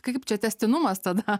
kaip čia tęstinumas tada